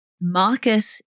Marcus